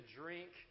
drink